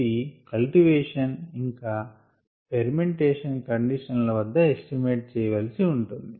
ఇది కల్టివేషన్ ఇంకా fermentation condition ల వద్ద ఎస్టిమేట్ చేయవలసి ఉంటుంది